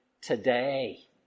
today